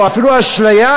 או אפילו אשליה,